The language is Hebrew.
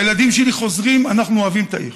הילדים שלי חוזרים, אנחנו אוהבים את העיר.